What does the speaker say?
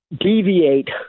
deviate